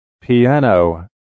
Piano